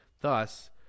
Thus